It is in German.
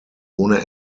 ohne